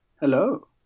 hello